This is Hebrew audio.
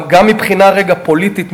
גם מבחינה פוליטית,